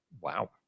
Wow